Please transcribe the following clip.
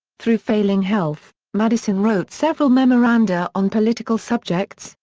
through failing health, madison wrote several memoranda on political subjects,